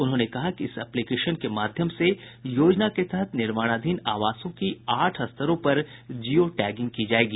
उन्होंने कहा कि इस एप्लीकेशन के माध्यम से योजना के तहत निर्माणाधीन आवासों की आठ स्तरों पर जियो टैगिंग की जायेगी